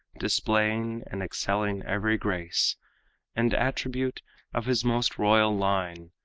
displaying and excelling every grace and attribute of his most royal line,